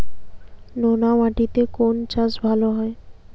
নোনা মাটিতে কোন চাষ ভালো হয়?